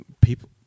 People